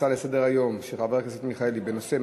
ההצעה לסדר-היום של חבר הכנסת מיכאלי בנושא: